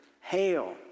Hail